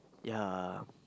ya